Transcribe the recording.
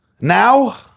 Now